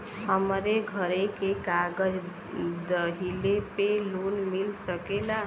हमरे घरे के कागज दहिले पे लोन मिल सकेला?